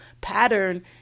pattern